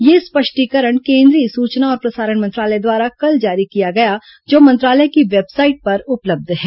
यह स्पष्टीकरण केंद्रीय सूचना और प्रसारण मंत्रालय द्वारा कल जारी किया गया जो मंत्रालय की वेबसाइट पर उपलब्ध है